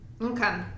Okay